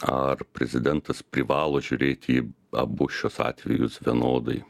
ar prezidentas privalo žiūrėti į abu šiuos atvejus vienodai